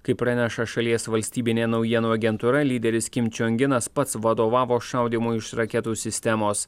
kaip praneša šalies valstybinė naujienų agentūra lyderius kim čion ginas pats vadovavo šaudymui iš raketų sistemos